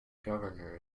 governor